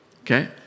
Okay